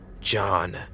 John